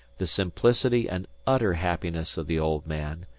the simplicity and utter happiness of the old man,